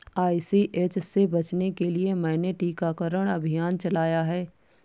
ICH से बचने के लिए मैंने टीकाकरण अभियान चलाया है